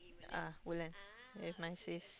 uh Woodlands with my sis